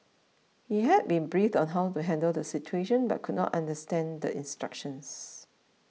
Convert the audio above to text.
he had been briefed on how to handle the situation but could not understand the instructions